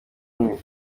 umwe